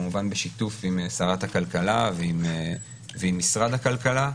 כמובן בשיתוף עם שרת הכלכלה ועם משרד הכלכלה.